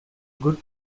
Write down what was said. good